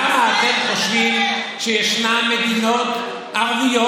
למה אתם חושבים שישנן מדינות ערביות,